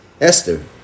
Esther